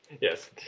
Yes